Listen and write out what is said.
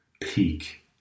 peak